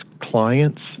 clients